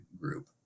group